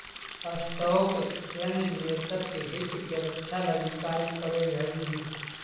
stock exchange निवेशक के हित के रक्षा लगी कार्य करऽ हइ